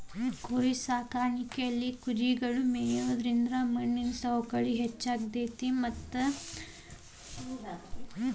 ಕುರಿಸಾಕಾಣಿಕೆಯಲ್ಲಿ ಕುರಿಗಳು ಮೇಯೋದ್ರಿಂದ ಮಣ್ಣಿನ ಸವಕಳಿ ಹೆಚ್ಚಾಗ್ತೇತಿ ಮತ್ತ ಫಲವತ್ತತೆನು ಕಡಿಮೆ ಆಗ್ತೇತಿ